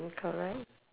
mm correct